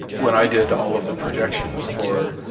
when i did all of the projections for